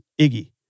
Iggy